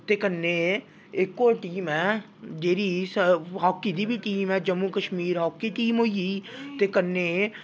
तो कन्नै इक होर टीम ऐ जेह्ड़ी हाक्की दी बी टीम ऐ जम्मू कश्मीर हाक्की टीम होई गेई ते कन्नै